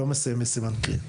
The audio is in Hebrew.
לא מסיים בסימן קריאה.